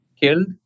killed